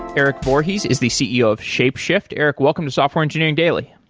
erik voorhees is the ceo of shapeshift. erik, welcome to software engineering daily.